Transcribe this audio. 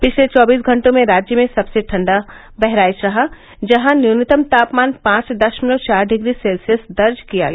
पिछले चौबीस घंटों में राज्य में सबसे ठंडा बहराइच रहा जहां न्यूनतम तापमान पांच दशमलव चार डिग्री सेल्सियम दर्ज किया गया